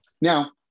now